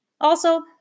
Also